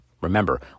Remember